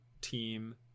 team